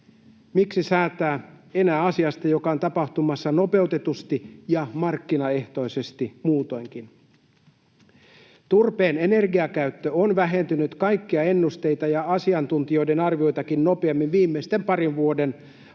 Miksi säätää enää asiasta, joka on tapahtumassa nopeutetusti ja markkinaehtoisesti muutoinkin? Turpeen energiakäyttö on vähentynyt kaikkia ennusteita ja asiantuntijoiden arvioitakin nopeammin viimeisten parin vuoden aikana,